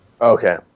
Okay